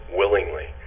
willingly